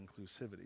inclusivity